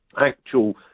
actual